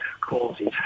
causes